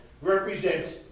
represents